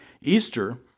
Easter